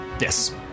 Yes